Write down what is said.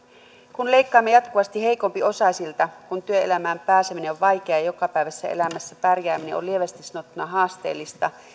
kun leikkaamme jatkuvasti heikompiosaisilta kun työelämään pääseminen on vaikeaa ja jokapäiväisessä elämässä pärjääminen on lievästi sanottuna haasteellista